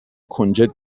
کنجد